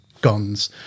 guns